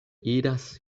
iras